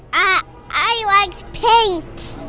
i i like paint.